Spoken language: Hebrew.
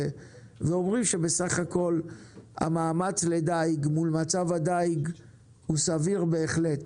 והם אומרים שבסך הכול מאמץ הדיג מול מצב הדיג הוא סביר בהחלט,